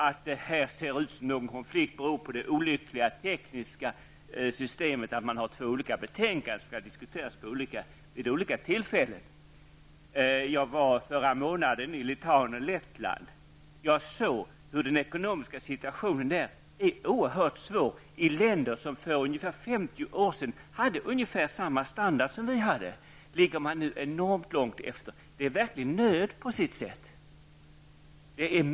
Att det härvidlag ser ut som någon konflikt beror på det olyckliga tekniska systemet att man har två olika betänkanden som skall diskuteras vid olika tillfällen. Jag var förra månaden i Litauen och Lettland, och jag såg att den ekonomiska situationen där är oerhört svår. I länder som för ca 50 år sedan hade ungefär samma standard som vi hade, ligger man nu enormt långt efter. Det råder verkligen nöd på sitt sätt.